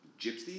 gypsy